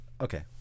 Okay